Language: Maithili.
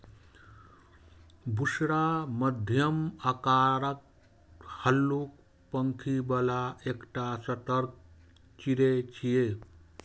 बुशरा मध्यम आकारक, हल्लुक पांखि बला एकटा सतर्क चिड़ै छियै